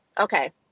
Okay